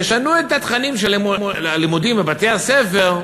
תשנו את התכנים הלימודיים בבתי-הספר,